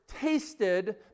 tasted